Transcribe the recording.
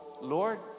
Lord